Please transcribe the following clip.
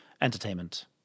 entertainment